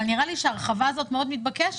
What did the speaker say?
אבל נראה לי שההרחבה הזאת מאוד מתבקשת